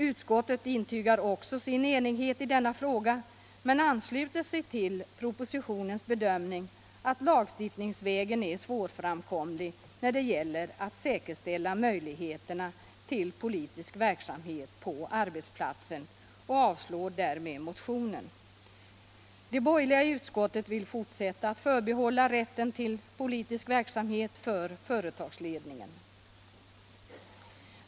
Utskottet intygar också sin enighet i denna fråga men ansluter sig till propositionens bedömning att lagstiftningsvägen är svårframkomlig när det gäller att säkerställa möjligheterna till politisk verksamhet på arbetsplatser och avslår därför motionen. De borgerliga i utskottet vill fortsätta att förbehålla företagsledningen rätten till politisk verksamhet.